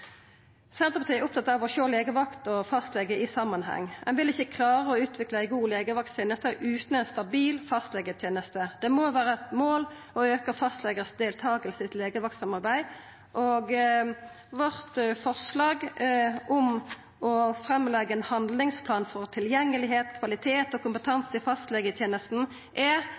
Senterpartiet er opptatt av å sjå legevakt og fastlege i samanheng. Ein vil ikkje klara å utvikla ei god legevaktteneste utan ei stabil fastlegeteneste. Det må vera eit mål å auka fastlegane si deltaking i legevaktsamarbeid. Og vårt forslag om å leggja fram ein handlingsplan for tilgjenge, kvalitet og kompetanse i fastlegetenesta er